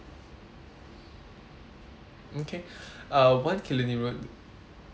okay uh one killiney road